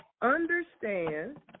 understand